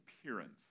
appearance